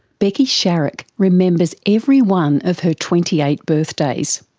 becky sharrock remembers every one of her twenty eight birthdays.